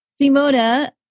simona